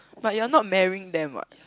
but you're not marrying them what